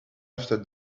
after